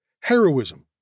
heroism